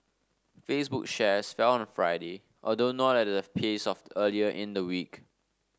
Facebook shares fell on Friday although not at the pace of earlier in the week